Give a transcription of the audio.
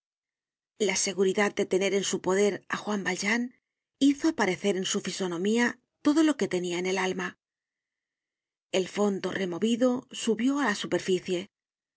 la seguridad de tener en su poder á juan valjean hizo aparecer en su fisonomía todo lo que tenia en el alma el fondo removido subió á la